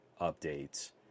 updates